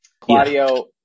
Claudio